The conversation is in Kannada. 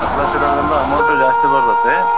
ಪಸ್ಟ್ ಕ್ಲಾಸ್ ಇರೋದರಿಂದ ಅಮೌಂಟು ಜಾಸ್ತಿ ಬರುತ್ತೆ